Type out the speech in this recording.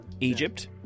Egypt